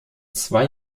zwei